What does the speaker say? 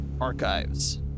archives